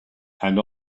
and